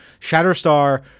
Shatterstar